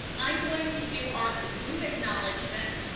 i'm going to do our zoom acknowledgement.